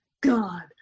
god